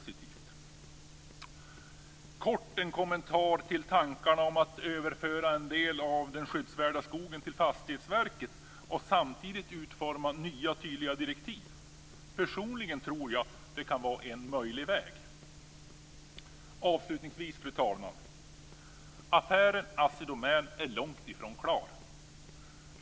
Jag har en kort kommentar till tankarna om att överföra en del av den skyddsvärda skogen till Fastighetsverket och samtidigt utforma nya tydliga direktiv. Personligen tror att det kan vara en möjlig väg. Fru talman! Avslutningsvis vill jag säga att affären Assi Domän långt i från är klar.